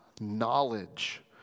knowledge